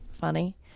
funny